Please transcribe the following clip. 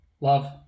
Love